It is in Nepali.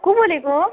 को बोलेको